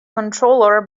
controller